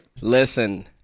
Listen